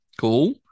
Cool